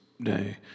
day